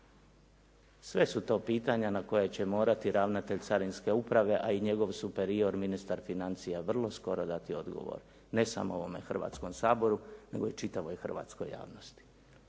Sve su to pitanja na koja će morati ravnatelj Carinske uprave, a njegov superior ministar financija vrlo skoro dati odgovor. Ne samo ovom Hrvatskom saboru, nego i čitavoj javnosti.